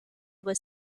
was